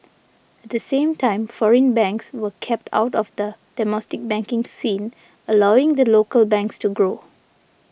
at the same time foreign banks were kept out of the domestic banking scene allowing the local banks to grow